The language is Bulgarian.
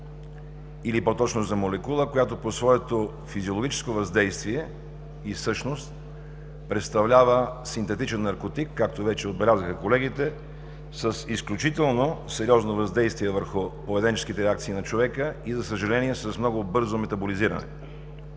или по-точно за молекула, която по своето физиологическо въздействие и същност представлява синтетичен наркотик, както вече отбелязаха колегите, с изключително сериозно въздействие върху поведенческите акции на човека и, за съжаление, с много бързо метаболизиране.